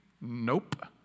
Nope